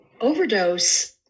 overdose